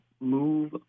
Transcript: move